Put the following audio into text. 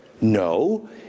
no